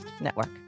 Network